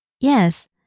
Yes